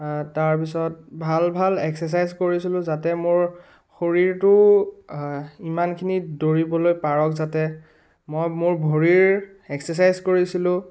তাৰপিছত ভাল ভাল এক্সেছাইজ কৰিছিলোঁ যাতে মোৰ শৰীৰটো ইমানখিনি দৌৰিবলৈ পাৰক যাতে মই মোৰ ভৰিৰ এক্সেছাইজ কৰিছিলোঁ